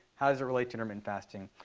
how does it relate to intermittent fasting?